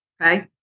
okay